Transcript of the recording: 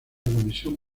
comisión